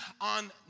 on